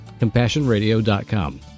CompassionRadio.com